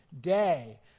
day